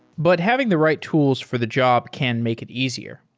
but having the right tools for the job can make it easier.